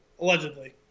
Allegedly